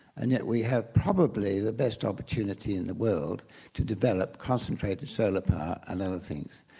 and yet we have probably the best opportunity in the world to develop concentrated solar power and other things.